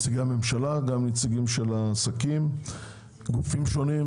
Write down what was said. הממשלה וגם עם נציגי העסקים והגופים השונים.